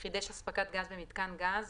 חידש הספקת גז במיתקן גז,